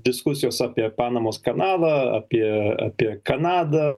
diskusijos apie panamos kanalą apie apie kanadą